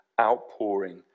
outpouring